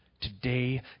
Today